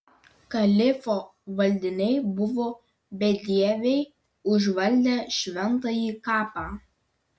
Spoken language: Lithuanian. kalifo valdiniai buvo bedieviai užvaldę šventąjį kapą